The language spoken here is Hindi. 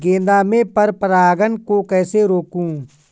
गेंदा में पर परागन को कैसे रोकुं?